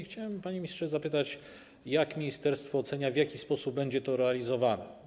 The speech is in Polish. Chciałem, panie ministrze, zapytać: Jak ministerstwo ocenia, w jaki sposób będzie to realizowane?